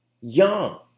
Young